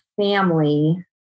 family